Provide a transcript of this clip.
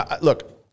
look